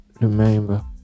remember